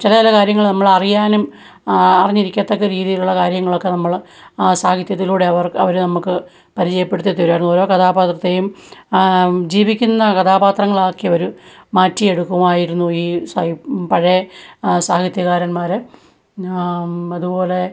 ചില ചില കാര്യങ്ങള് നമ്മള് അറിയാനും അറിഞ്ഞിരിക്കത്തക്ക രീതിയിലുള്ള കാര്യങ്ങളൊക്കെ നമ്മള് സാഹിത്യത്തിലൂടെ അവർക്ക് അവര് നമ്മള്ക്ക് പരിചയപ്പെടുത്തിത്തരുമായിരുന്നു ഓരോ കഥാപാത്രത്തേയും ജീവിക്കുന്ന കഥാപാത്രങ്ങളാക്കിയവര് മാറ്റിയെടുക്കുമായിരുന്നു ഈ സാഹി പഴേ സാഹിത്യകാരൻമാര് അതുപോലെ